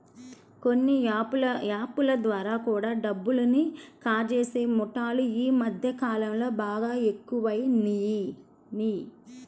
కొన్ని యాప్ ల ద్వారా కూడా డబ్బుని కాజేసే ముఠాలు యీ మద్దె కాలంలో బాగా ఎక్కువయినియ్